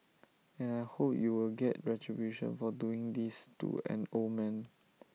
and I hope U will get retribution for doing this to an old man